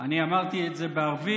אני אמרתי את זה בערבית,